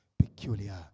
peculiar